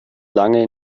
lange